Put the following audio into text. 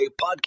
Podcast